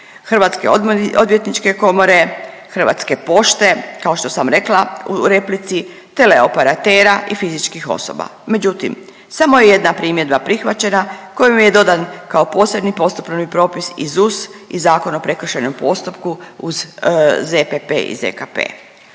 Hrvatske odvjetničke komore, Hrvatske pošte, kao što sam rekla u replici, teleoperatera i fizičkih osoba, međutim, samo je jedna primjedba prihvaćena kojom je dodan kao posebni postupovni propis i ZUS i Zakon o prekršajnom postupku uz ZPP i ZKP.